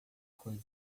coisa